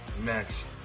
next